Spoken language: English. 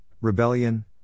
rebellion